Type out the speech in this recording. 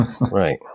Right